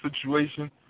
situation